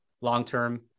long-term